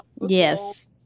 Yes